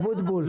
אבוטבול.